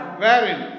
wherein